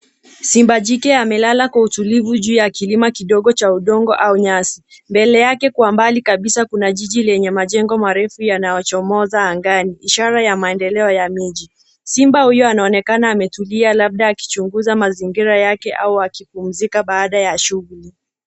Simba jike amelala kwa utulivu juu ya kilima kidogo cha udongo au nyasi. Mbele yake kwa mbali kabisa kuna jiji yenye majengo marefu yanayochomoza angani, ishara ya maendeleo ya miji. Simba huyo anaonekana ametulia labda akichunguza mazingira yake au akipumzika baada ya shughuli.